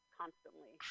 constantly